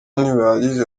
ntibihagije